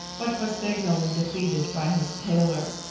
but was signally defeated by his tailor.